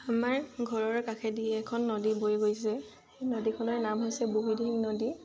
আমাৰ ঘৰৰ কাষেদি এখন নদী বৈ গৈছে সেই নদীখনৰ নাম হৈছে বুহিদিং নদী